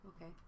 okay